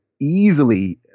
easily